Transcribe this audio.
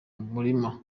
murima